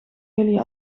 jullie